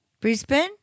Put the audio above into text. Brisbane